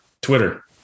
Twitter